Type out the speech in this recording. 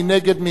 מי נגד?